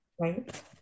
Right